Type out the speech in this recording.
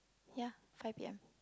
ya five p_m